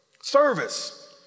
service